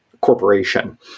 corporation